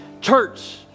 Church